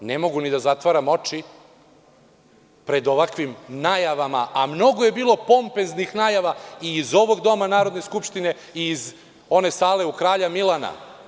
Ali, ne mogu ni da zatvaram oči pred ovakvim najavama, a mnogo je bilo pompeznih najava i iz ovog doma Narodne skupštine i iz one sale u Kralja Milana.